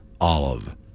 Olive